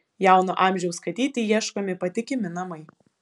jauno amžiaus katytei ieškomi patikimi namai